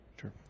Sure